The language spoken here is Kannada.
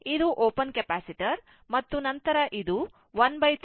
ಇದು ಓಪನ್ ಕೆಪಾಸಿಟರ್ ಮತ್ತು ನಂತರ ಇದು 1 3 K Ω